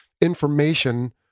information